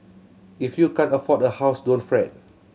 if you can't afford a house don't fret